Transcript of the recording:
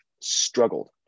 struggled